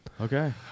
Okay